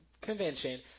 convention